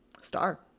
Star